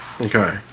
Okay